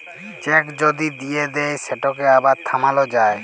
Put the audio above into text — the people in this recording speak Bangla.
চ্যাক যদি দিঁয়ে দেই সেটকে আবার থামাল যায়